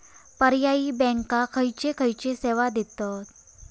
पर्यायी बँका खयचे खयचे सेवा देतत?